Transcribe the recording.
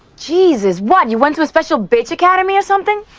cheese is what you want to a special bitch academy or something.